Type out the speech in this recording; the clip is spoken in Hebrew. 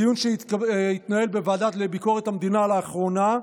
בדיון שהתנהל בוועדה לביקורת המדינה לאחרונה,